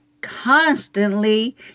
constantly